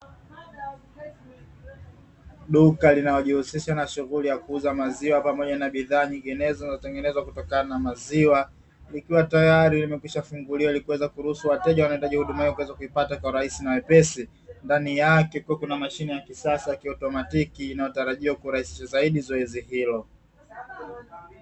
Duka linalojihusisha na shughuli kuuza maziwa pamoja na bidhaa nyinginezo, zinazotengenezwa kutokana na maziwa, likiwa tayari limekwishafunguliwa ili kuweza kuruhusu wateja wanaohitaji huduma hiyo kuweza kuipata kwa rahisi na wepesi; ndani yake kukiwa kuna mashine ya kisasa ya kiautomatiki; inayotarajiwa kurahisisha zaidi zoezi hilo.